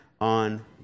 on